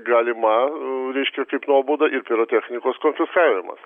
galima reiškia kaip nuoboda ir pirotechnikos konfiskavimas